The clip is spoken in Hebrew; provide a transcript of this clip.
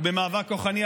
ובמאבק כוחני,